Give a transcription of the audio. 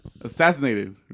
Assassinated